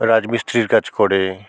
রাজমিস্ত্রিরির কাজ করে